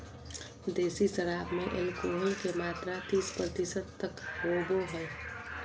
देसी शराब में एल्कोहल के मात्रा तीस प्रतिशत तक होबो हइ